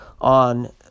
on